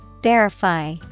Verify